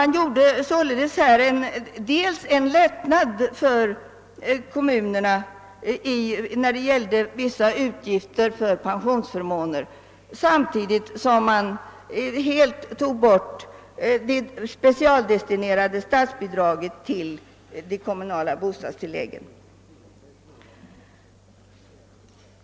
Man genomförde en lättnad för kommunerna i fråga om vissa utgifter för pensionsförmåner samtidigt som man helt tog bort det specialdestinerade statsbidraget till det kommunala bostadstillägget.